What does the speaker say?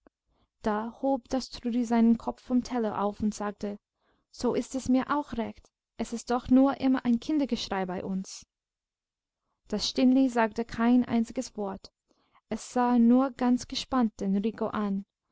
da hob das trudi seinen kopf vom teller auf und sagte so ist es mir auch recht es ist doch nur immer ein kindergeschrei bei uns das stineli sagte kein einziges wort es sah nur ganz gespannt den rico an